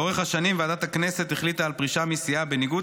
לאורך השנים ועדת הכנסת החליטה על פרישה מסיעה בניגוד